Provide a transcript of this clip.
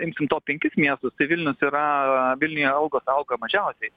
imsim top penkis miestus tai vilnius yra vilniuje algos auga mažiausiai